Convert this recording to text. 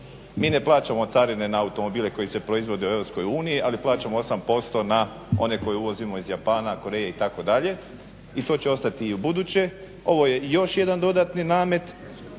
Mi ne plaćamo carine na automobile koji se proizvode u EU ali plaćamo 8% na one koje uvozimo iz Japana, Koreje itd. i to će ostati i u buduće. Ovo je još jedan dodatni namet